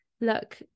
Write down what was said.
Look